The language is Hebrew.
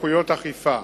וסמכויות אכיפה.